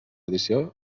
edició